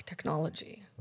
technology